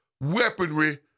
weaponry